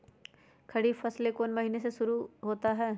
खरीफ फसल कौन में से महीने से शुरू होता है?